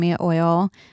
oil